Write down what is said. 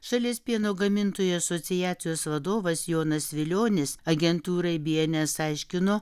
šalies pieno gamintojų asociacijos vadovas jonas vilionis agentūrai bns aiškino